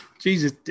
Jesus